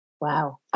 Wow